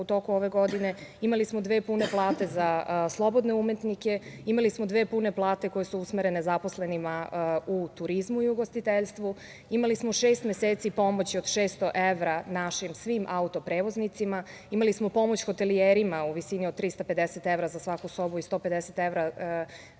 u toku ove godine, imali smo dve pune plate za slobodne umetnike, imali smo dve pune plate koje su usmerene zaposlenima u turizmu i ugostiteljstvu, imali smo šest meseci pomoći od 600 evra našim svim autoprevoznicima, imali smo pomoć hotelijerima u visini od 350 evra za svaku sobu i 150 evra za